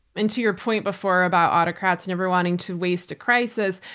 and to your point before about autocrats never wanting to waste a crisis,